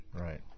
Right